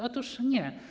Otóż nie.